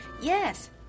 Yes